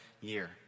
year